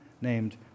named